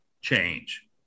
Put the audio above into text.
change